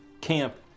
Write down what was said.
camp